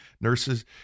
nurses